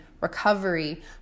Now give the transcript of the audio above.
recovery